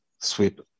sweep